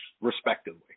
respectively